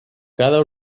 cada